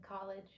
college